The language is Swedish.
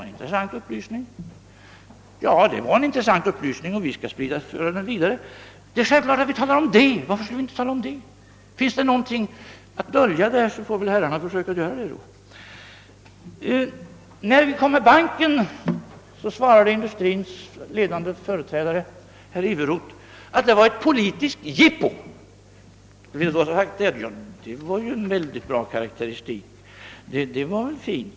Nej, det är en upplysning, som vi självklart för vidare. Finns det någonting att dölja därvidlag, så får väl herrarna försöka göra det. Om investeringsbanken sade en av industrins ledande företrädare, herr Iveroth, att den var ett politiskt jippo — en väldigt fin karaktäristik!